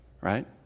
right